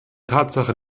tatsache